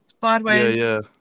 sideways